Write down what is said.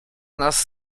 nas